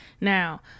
Now